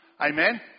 Amen